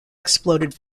exploded